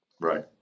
Right